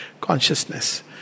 consciousness